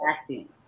acting